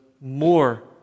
more